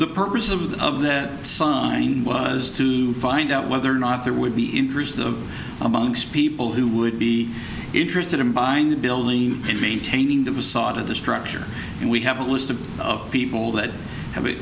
the purpose of the of their sign was to find out whether or not there would be interest of amongst people who would be interested in buying the building and maintaining the facade of the structure and we have a list of people that have